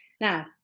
Now